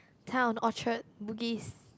town Orchard Bugis